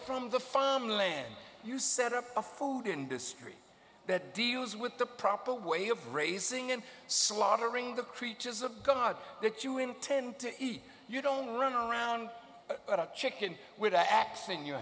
from the farm land you set up a food industry that deals with the proper way of raising and slaughtering the creatures of god that you intend to eat you don't run around a chicken with the axe in you